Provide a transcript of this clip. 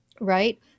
right